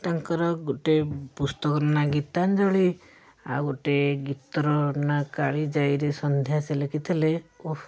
ତାଙ୍କର ଗୋଟେ ପୁସ୍ତକର ନାଁ ଗୀତାଞ୍ଜଳି ଆଉ ଗୋଟେ ଗୀତର ନାଁ କାଳିଜାଇରେ ସନ୍ଧ୍ୟା ସେ ଲେଖିଥିଲେ